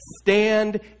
stand